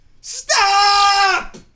stop